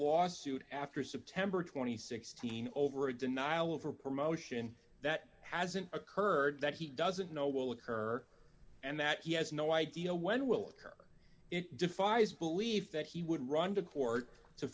lawsuit after september two thousand and sixteen over a denial over a promotion that hasn't occurred that he doesn't know will occur and that he has no idea when will occur it defies belief that he would run to court to